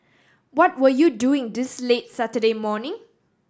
what were you doing this late Saturday morning